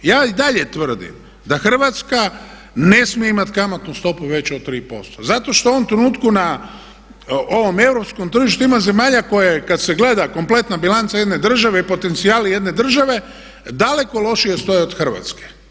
Ja i dalje tvrdim da Hrvatska ne smije imati kamatnu stopu veću od 3% zato što u ovom trenutku na ovo europskom tržištu ima zemalja koje kad se gleda kompletna bilanca jedne države i potencijali jedne države daleko lošije stoji od Hrvatske.